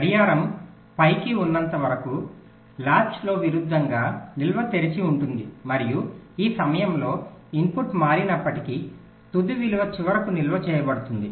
గడియారం పైకి ఉన్నంతవరకు లాచ్లో విరుద్ధంగా నిల్వ తెరిచి ఉంటుంది మరియు ఈ సమయంలో ఇన్పుట్ మారినప్పటికీ తుది విలువ చివరకు నిల్వ చేయబడుతుంది